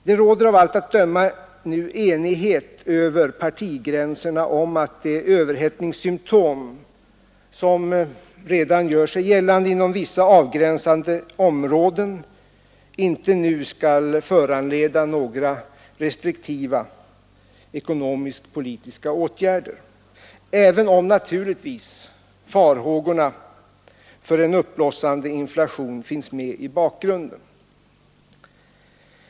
Det råder av allt att döma nu enighet över partigränserna om att de överhettningssymtom som redan gör sig gällande inom vissa avgränsade områden inte nu skall föranleda några restriktiva ekonomisk-politiska åtgärder, även om naturligtvis farhågorna för en uppblossande inflation finns med i bakgrunden.